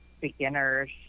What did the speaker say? beginners